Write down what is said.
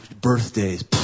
birthdays